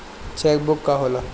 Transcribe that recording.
Check book का होला?